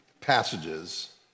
passages